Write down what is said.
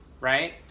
right